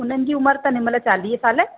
हुननि जी उमिरि अथनि हिन महिल चालीह साल